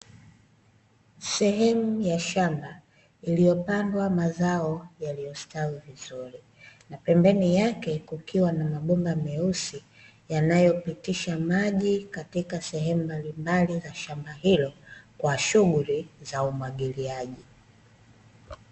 Sehemu ya shamba iliyopandwa mazao yaliyostawi vizuri, pembeni yake kukiwa na mbaomba meusi yanayopitisha maji katika sehemu mbalimbali ya shamba hilo kwa shughuli za umwagiliaji.